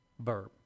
verb